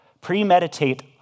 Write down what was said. premeditate